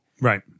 right